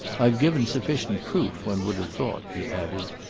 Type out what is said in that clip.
i've given sufficient proof, one would have thought, he added,